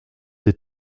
des